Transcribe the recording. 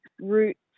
roots